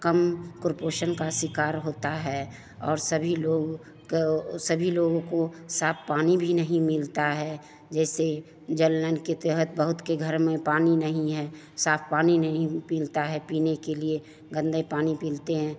कम कुपोषण का शिकार होता है और सभी लोग काे सभी लोगों को साफ़ पानी भी नहीं मिलता है जैसे जल नल के तहत बहुत के घर में पानी नहीं है साफ़ पानी नहीं मिलता है पीने के लिए गन्दा पानी पीते हैं